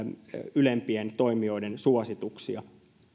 ylempien toimijoiden suosituksia